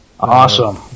Awesome